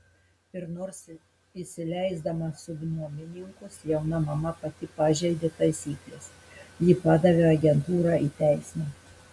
ir nors įsileisdama subnuomininkus jauna mama pati pažeidė taisykles ji padavė agentūrą į teismą